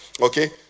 okay